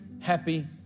happy